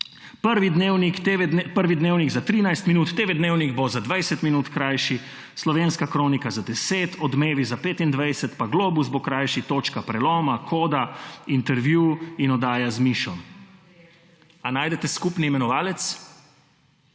Prvi dnevnik za 13 minut, TV dnevnik bo za 20 minut krajši, Slovenska kronika za 10, Odmevi za 25, pa Globus bo krajši, Točka preloma, Koda, Intervju in Oddaja z Mišo. Ali najdete skupni imenovalec?